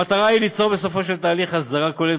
המטרה היא ליצור בסופו של התהליך אסדרה כוללת,